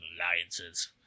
Alliances